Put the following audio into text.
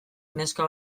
neska